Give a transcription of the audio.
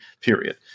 Period